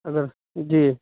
اگر جی